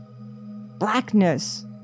Blackness